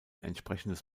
entsprechendes